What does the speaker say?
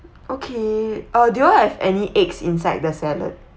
okay uh do you all have any eggs inside the salad